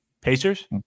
Pacers